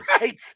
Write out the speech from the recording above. Right